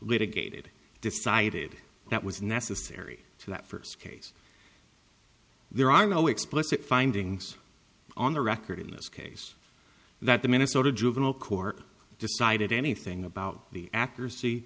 litigated decided that was necessary so that first case there are no explicit findings on the record in this case that the minnesota juvenile court decided anything about the accuracy